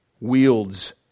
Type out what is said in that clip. wields